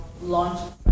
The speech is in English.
launch